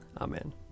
Amen